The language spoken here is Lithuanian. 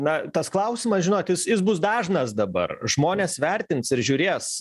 na tas klausimas žinot jis jis bus dažnas dabar žmonės vertins ir žiūrės